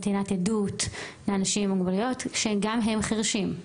נתינת עדות לאנשים עם מוגבלויות שגם הם חירשים.